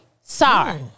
Sorry